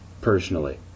personally